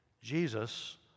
Jesus